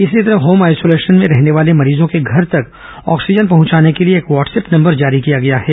इसी तरह home isolation में रहने वाले मरीजों के घर तक ऑक्सीजन पहंचाने के लिए एक वाटसऐप नंबर जारी किया गया है